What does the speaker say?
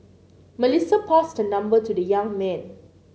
Melissa passed her number to the young man